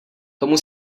tomu